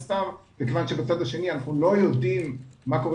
וכיוון שבצד השני אנחנו לא יודעים מה קורה